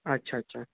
अच्छा अच्छा